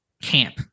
camp